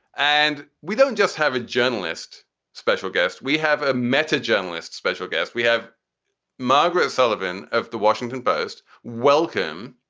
and we don't just have a journalist special guest. we have a metro journalist, special guest. we have margaret sullivan of the washington post. welcome.